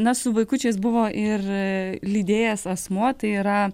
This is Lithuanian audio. na su vaikučiais buvo ir lydėjęs asmuo tai yra